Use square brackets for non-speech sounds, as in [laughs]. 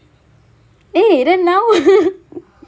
eh then now [laughs]